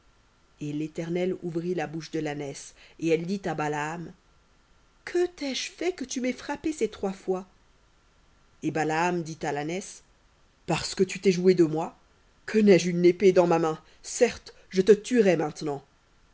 et l'éternel ouvrit la bouche de l'ânesse et elle dit à balaam que t'ai-je fait que tu m'aies frappée ces trois fois et balaam dit à l'ânesse parce que tu t'es jouée de moi que n'ai-je une épée dans ma main certes je te tuerais maintenant